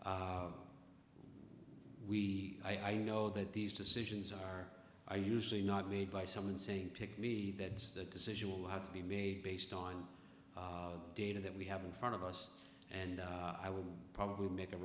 we i know that these decisions are are usually not made by someone saying pick me that that decision will have to be made based on data that we have in front of us and i would probably make a